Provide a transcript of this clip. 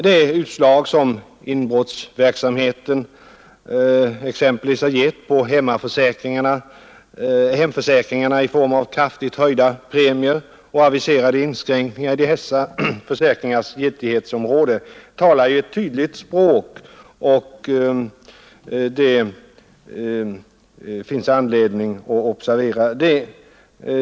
De utslag som inbrottsverksamheten har gett på exempelvis hemförsäkringarna i form av kraftigt höjda premier och aviserade inskränkningar i dessa försäkringars giltighetsområde talar ett tydligt språk. Det finns anledning att observera detta.